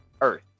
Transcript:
Earth